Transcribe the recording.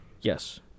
Yes